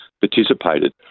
participated